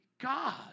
God